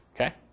Okay